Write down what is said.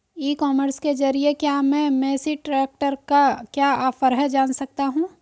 E commerce के ज़रिए क्या मैं मेसी ट्रैक्टर का क्या ऑफर है जान सकता हूँ?